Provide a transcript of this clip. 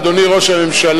אדוני ראש הממשלה,